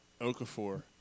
Okafor